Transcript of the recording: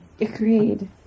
Agreed